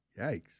Yikes